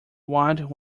what